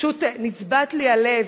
פשוט נצבט לי הלב.